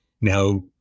now